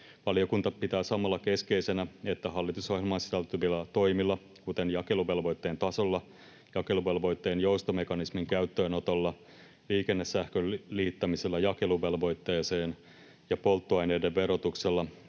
Valiokunta pitää samalla keskeisenä, että hallitusohjelmaan sisältyvillä toimilla, kuten jakeluvelvoitteen tasolla, jakeluvelvoitteen joustomekanismin käyttöönotolla, liikennesähkön liittämisellä jakeluvelvoitteeseen ja polttoaineiden verotuksella,